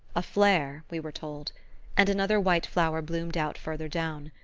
a flare, we were told and another white flower bloomed out farther down.